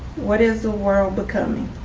what is the world becoming?